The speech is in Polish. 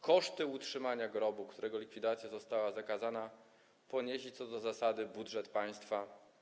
Koszty utrzymania grobu, którego likwidacja została zakazana, poniesie co do zasady budżet państwa.